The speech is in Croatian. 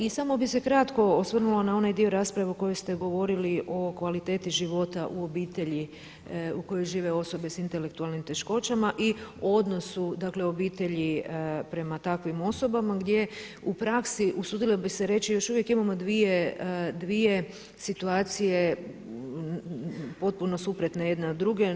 I samo bih se kratko osvrnula na onaj dio rasprave o kojoj ste govorili o kvaliteti života u obitelji u kojoj žive osobe sa intelektualnim teškoćama i odnosu, dakle obitelji prema takvim osobama gdje u praksi usudila bih se reći još uvijek imamo dvije situacije potpuno suprotne jedna drugoj.